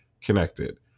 connected